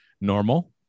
normal